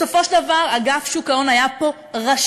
בסופו של דבר אגף שוק ההון היה פה רשלני.